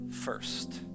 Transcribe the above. first